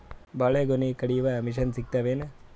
ಬಾಳಿಗೊನಿ ಕಡಿಯು ಮಷಿನ್ ಸಿಗತವೇನು?